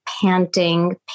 panting